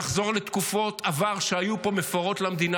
נחזור לתקופות עבר מפוארות שהיו פה במדינה.